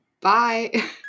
Bye